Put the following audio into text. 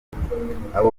abo